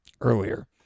earlier